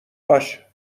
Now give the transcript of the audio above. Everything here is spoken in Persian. باشه